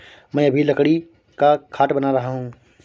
मैं अभी लकड़ी का खाट बना रहा हूं